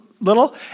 little